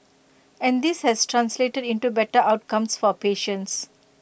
and this has translated into better outcomes for patients